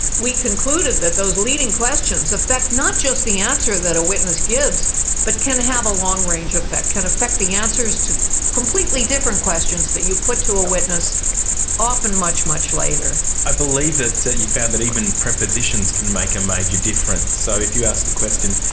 we concluded that those leading questions affect not just the answer that a witness gives but can have a long-range affect, can affect the answers to completely different questions that you put to a witness often much, much later. i believe that you found that even prepositions can make a major difference. so if you asked the question,